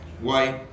white